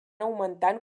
augmentant